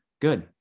good